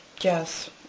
yes